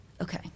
Okay